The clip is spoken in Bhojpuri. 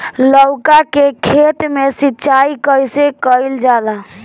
लउका के खेत मे सिचाई कईसे कइल जाला?